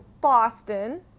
Boston